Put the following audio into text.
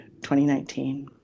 2019